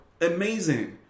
amazing